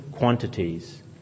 quantities